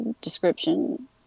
description